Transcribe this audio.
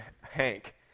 Hank